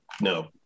No